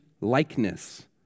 likeness